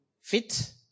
fit